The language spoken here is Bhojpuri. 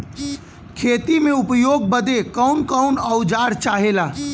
खेती में उपयोग बदे कौन कौन औजार चाहेला?